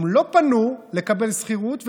הם לא פנו לקבל שכירות,